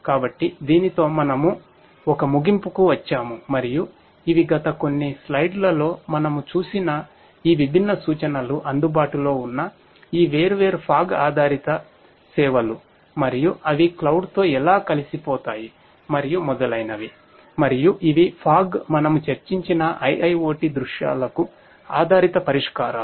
కాబట్టి దీనితో మనము ఒక ముగింపుకు వచ్చాము మరియు ఇవి గత కొన్ని స్లైడ్ మనము చర్చించిన IIoT దృశ్యాలకు ఆధారిత పరిష్కారాలు